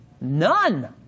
None